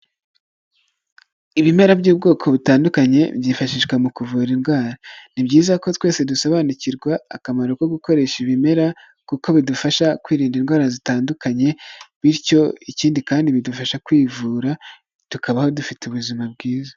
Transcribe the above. Ibimera by'ubwoko butandukanye byifashishwa mu kuvura indwara, ni byiza ko twese dusobanukirwa akamaro ko gukoresha ibimera kuko bidufasha kwirinda indwara zitandukanye, bityo ikindi kandi bidufasha kwivura tukabaho dufite ubuzima bwiza.